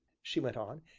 she went on,